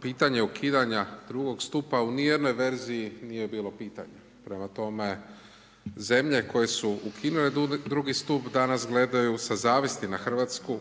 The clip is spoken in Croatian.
pitanje ukidanja drugog stupa u nijednoj verziji nije bilo pitanje. Prema tome zemlje koje su ukinule drugi stup danas gledaju sa zavisti na Hrvatsku